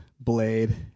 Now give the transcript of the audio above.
blade